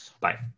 Bye